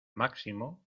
máximo